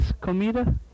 comida